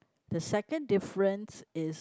the second difference is